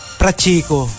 prachiko